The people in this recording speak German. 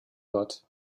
wird